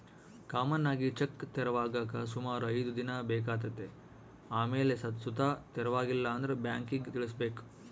common ಆಗಿ check ತೆರವಾಗಾಕ ಸುಮಾರು ಐದ್ ದಿನ ಬೇಕಾತತೆ ಆಮೇಲ್ ಸುತ ತೆರವಾಗಿಲ್ಲಂದ್ರ ಬ್ಯಾಂಕಿಗ್ ತಿಳಿಸ್ಬಕು